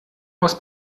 aus